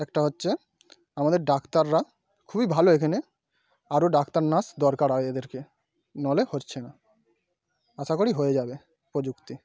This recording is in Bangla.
একটা হচ্ছে আমাদের ডাক্তাররা খুবই ভালো এখানে আরো ডাক্তার নার্স দরকার হয় এদেরকে নাওলে হচ্ছে না আশা করি হয়ে যাবে প্রযুক্তি